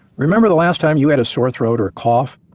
remember the last time you had a sore throat or a cough?